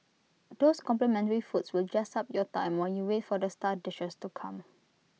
those complimentary foods will jazz up your time while you wait for the star dishes to come